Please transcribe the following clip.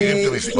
מכירים את המספר.